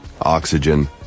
oxygen